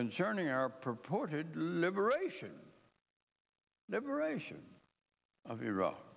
concerning our purported liberation liberation of iraq